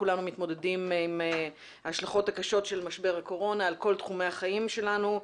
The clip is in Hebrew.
מתמודדים עם ההשלכות הקשות של משבר הקורונה על כל תחומי החיים שלנו.